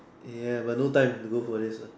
ya but no time to go for this lah